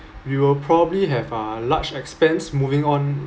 we will probably have ah large expense moving on